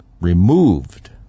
removed